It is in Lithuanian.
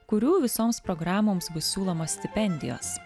kurių visoms programoms bus siūlomos stipendijos